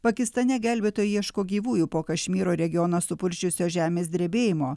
pakistane gelbėtojai ieško gyvųjų po kašmyro regioną supurčiusio žemės drebėjimo